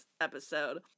episode